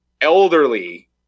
elderly